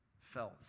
felt